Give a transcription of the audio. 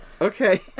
Okay